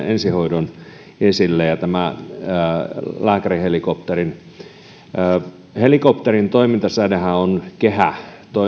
ensihoidon ja lääkärihelikopterin esille helikopterin toimintasädehän on kehä